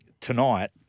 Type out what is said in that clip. tonight